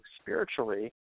spiritually